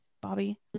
bobby